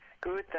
Good